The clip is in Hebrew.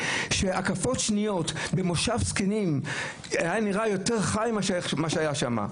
שהקפות שניות במושב זקנים נראות יותר חיות מאשר מה שהיה שם.